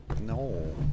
No